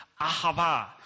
ahava